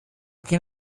can